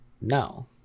no